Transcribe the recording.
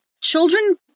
children